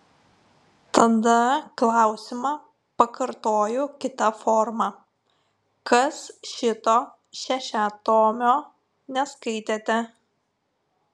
tada klausimą pakartoju kita forma kas šito šešiatomio neskaitėte